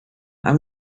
how